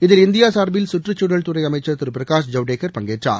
இதில் இந்தியா சார்பில் சுற்றுச்சூழல்துறை அமைச்சர் திரு பிரகாஷ் ஜவடேகர் பங்கேற்றார்